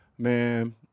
Man